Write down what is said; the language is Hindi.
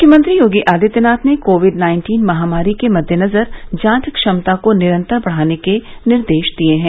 मुख्यमंत्री योगी आदित्यनाथ ने कोविड नाइन्टीन महामारी के मद्देनजर जांच क्षमता को निरन्तर बढ़ाने के निर्देश दिये हैं